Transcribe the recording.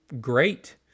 great